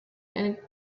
and